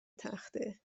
تخته